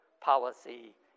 policy